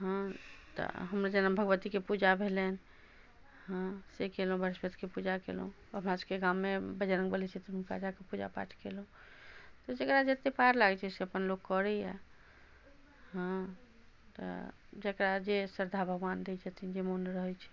हँ तऽ हमर जेना भगवतीके पूजा भेलनि हँ से केलहुँ ब्रहस्पैतके पूजा केलहुँ हमरा सबके गाममे बजरङ्गबली छथिन हुनका जाके पूजा पाठ केलहुँ तऽ जकरा जतेक पार लगै छै से अपन लोक करैए हँ तऽ जकरा जे श्रद्धा भगवान दै छथिन जे मोन रहै छै